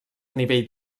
nivell